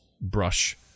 brush